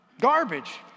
Garbage